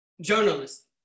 journalist